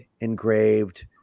engraved